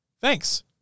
Thanks